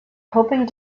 hoping